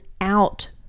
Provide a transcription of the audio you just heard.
out